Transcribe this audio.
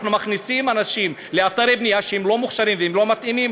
אנחנו מכניסים לאתרי בנייה אנשים שהם לא מוכשרים והם לא מתאימים.